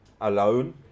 alone